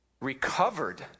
recovered